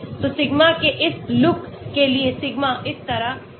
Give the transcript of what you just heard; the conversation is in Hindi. तो सिग्मा के इस लुक के लिए सिग्मा इस तरह है